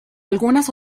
algunas